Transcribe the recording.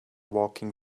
walking